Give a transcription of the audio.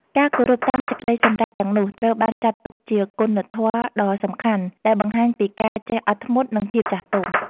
ការគោរពតាមសេចក្តីសម្រេចទាំងនោះ ត្រូវបានចាត់ទុកជាគុណធម៌ដ៏សំខាន់ ដែលបង្ហាញពីការចេះអត់ធ្មត់ និងភាពចាស់ទុំ។